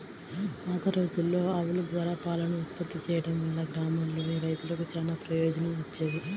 పాతరోజుల్లో ఆవుల ద్వారా పాలను ఉత్పత్తి చేయడం వల్ల గ్రామాల్లోని రైతులకు చానా ప్రయోజనం వచ్చేది